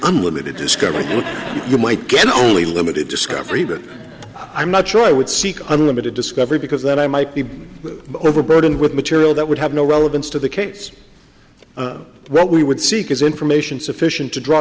unlimited discovery you might get only limited discovery but i'm not sure i would seek unlimited discovery because that i might be overburdened with material that would have no relevance to the case what we would seek is information sufficient to draw